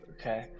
Okay